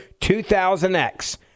2000X